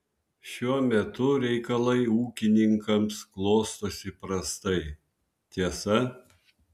šiuo metu reikalai ūkininkams klostosi prastai tiesa